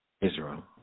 Israel